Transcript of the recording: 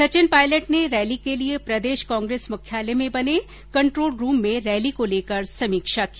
सचिन पायलट ने रैली के लिए प्रदेश कांग्रेस मुख्यालय में बने कंट्रोल रुम में रैली को लेकर समीक्षा की